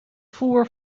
voer